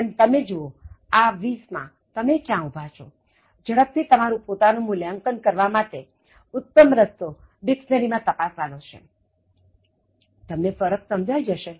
પણ તમે જુઓ આ 20 માં તમે ક્યાં ઊભા છો ઝડપથી તમારું પોતાનું મૂલ્યાંકન કરવા માટે ઉત્તમ રસ્તો ડિક્શનરી માં તપાસવા નો છે તમને ફરક સમજાઈ જશે